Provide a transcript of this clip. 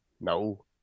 No